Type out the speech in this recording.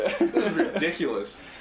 ridiculous